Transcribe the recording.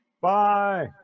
Bye